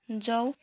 जाऊ